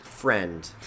friend